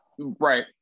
right